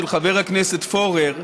של חבר הכנסת פורר,